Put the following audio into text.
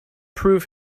prove